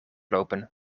lopen